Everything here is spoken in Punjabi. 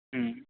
ਹੂੰ